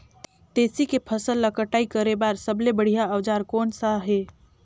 तेसी के फसल ला कटाई करे बार सबले बढ़िया औजार कोन सा हे?